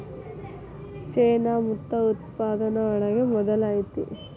ಚೇನಾ ಮುತ್ತು ಉತ್ಪಾದನೆ ಒಳಗ ಮೊದಲ ಐತಿ